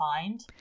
find